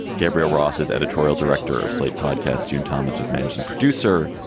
gabriel roth is editorial director of slate podcast. jim thomas is managing producer.